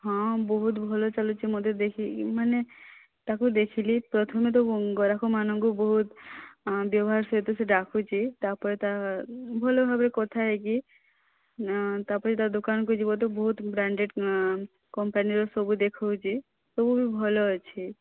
ହଁ ବହୁତ ଭଲ ଚାଲୁଛି ମୁଁ ତ ଦେଖିକି ମାନେ ତାକୁ ଦେଖିଲି ପ୍ରଥମତଃ ଗରାଖମାନଙ୍କୁ ବହୁତ ବ୍ୟବହାର ସହିତ ସେ ତ ଡାକୁଛି ତା'ପରେ ତା ଭଲ ଭାବେ କଥା ହୋଇକି ନା ତା'ପରେ ତା ଦୋକାନକୁ ଯିବ ତ ବହୁତ ବ୍ରାଣ୍ଡେଡ଼ କମ୍ପାନୀର ସବୁ ଦେଖାଉଛି ସବୁବି ଭଲ ଅଛି